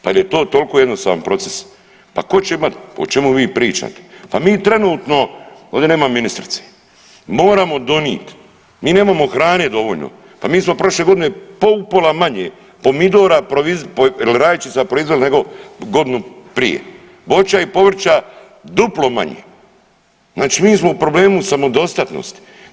Pa jel to toliko jednostavan proces, pa ko će imat, pa o čemu vi pričate, pa mi trenutno, ovdje nema ministrice, moramo donit, mi nemamo hrane dovoljno, pa mi smo prošle godine po upola manje pomidora ili rajčica proizveli nego godinu prije, voća i povrća duplo manje, znači mi smo u problemu samodostatnosti.